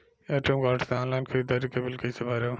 ATM card से online ख़रीदारी के बिल कईसे भरेम?